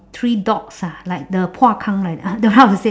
three dogs ah like the like ah don't know how to say